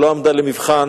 שלא עמדה במבחן,